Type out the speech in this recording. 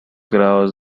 grados